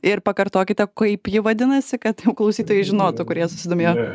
ir pakartokite kaip ji vadinasi kad jau klausytojai žinotų kurie susidomėjo